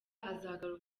azaza